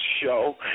show